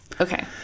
Okay